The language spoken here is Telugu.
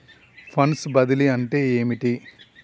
ఫండ్స్ బదిలీ అంటే ఏమిటి?